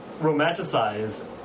romanticize